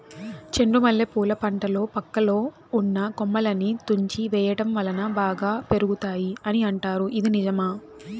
చెండు మల్లె పూల పంటలో పక్కలో ఉన్న కొమ్మలని తుంచి వేయటం వలన బాగా పెరుగుతాయి అని అంటారు ఇది నిజమా?